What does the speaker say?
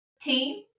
team